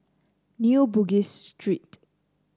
New Bugis Street